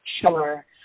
Sure